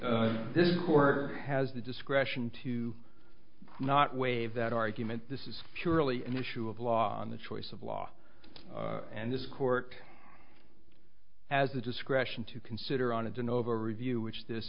for this court has the discretion to not waive that argument this is purely an issue of law on the choice of law and this court has the discretion to consider on a day and over a review which this